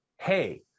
hey